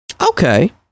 okay